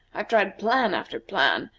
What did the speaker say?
i have tried plan after plan,